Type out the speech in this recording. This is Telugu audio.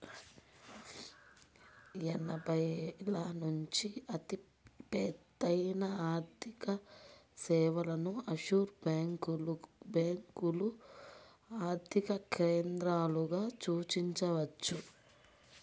ఎనభైల నుంచే పెద్దఎత్తున ఆర్థికసేవలను ఆఫ్షోర్ బ్యేంకులు ఆర్థిక కేంద్రాలుగా సూచించవచ్చు